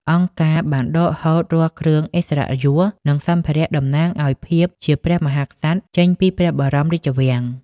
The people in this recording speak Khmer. អង្គការបានដកហូតរាល់គ្រឿងឥស្សរិយយស និងសម្ភារៈតំណាងឱ្យភាពជាព្រះមហាក្សត្រចេញពីព្រះបរមរាជវាំង។